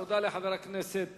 תודה לחבר הכנסת